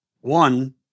One